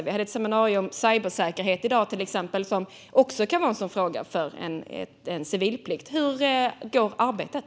I dag hade vi till exempel ett seminarium om cybersäkerhet, som också kan vara en fråga för civilplikt. Hur går arbetet?